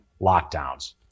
lockdowns